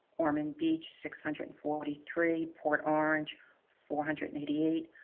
ormond beach six hundred and forty three, port orange four hundred and eighty eight,